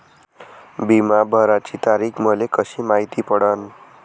बिमा भराची तारीख मले कशी मायती पडन?